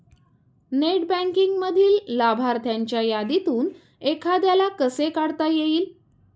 Net बँकिंगमधील लाभार्थ्यांच्या यादीतून एखाद्याला कसे काढता येईल?